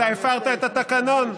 אתה הפרת את התקנון.